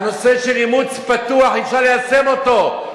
הנושא של אימוץ פתוח, אפשר ליישם אותו.